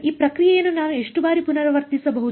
ಈ ಪ್ರಕ್ರಿಯೆಯನ್ನು ನಾನು ಎಷ್ಟು ಬಾರಿ ಪುನರಾವರ್ತಿಸಬಹುದು